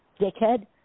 dickhead